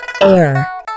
Air